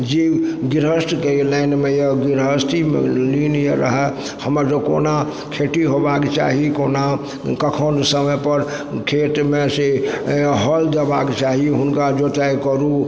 जे गृहस्थके लाइनमे यऽ गृहस्थीमे लीन यऽ रहऽ हमर कोना खेती होबाके चाही कोना कखन समयपर खेतमे से हल देबाके चाही हुनका जोताइ करू